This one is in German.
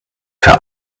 für